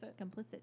Complicit